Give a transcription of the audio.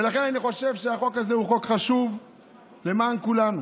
ולכן אני חושב שהחוק הזה הוא חוק חשוב למען כולנו.